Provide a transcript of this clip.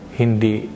hindi